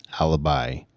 Alibi